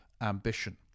ambition